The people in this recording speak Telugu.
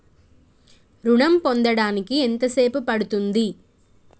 ఋణం పొందడానికి ఎంత సేపు పడ్తుంది?